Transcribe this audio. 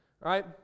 right